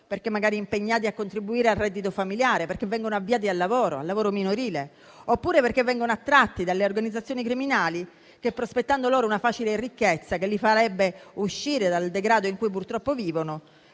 perché magari impegnati a contribuire al reddito familiare, perché vengono avviati al lavoro - al lavoro minorile - oppure perché vengono attratti dalle organizzazioni criminali che, prospettando loro una facile ricchezza che li farebbe uscire dal degrado in cui purtroppo vivono,